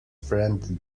friend